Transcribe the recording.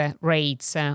rates